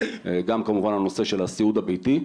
גם כמובן הנושא של הסיעוד הביתי,